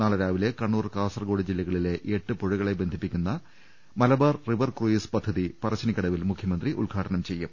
നാളെ രാവിലെ കണ്ണൂർ കാസർക്കോട് ജില്ലകളിലെ എട്ട് പുഴകളെ ബന്ധിപ്പിച്ചു ളള മലബാർ റിവർ ക്രൂയിസ് പദ്ധതി പറശ്ശിനിക്കടവിൽ മുഖ്യമന്ത്രി ഉദ്ഘാടനം ചെയ്യും